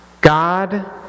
God